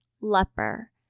leper